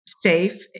safe